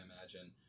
imagine